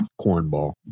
cornball